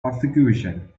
persecution